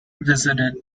visited